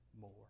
more